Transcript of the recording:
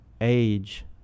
age